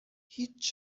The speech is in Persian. هیچ